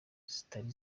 zitari